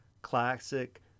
classic